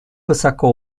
высоко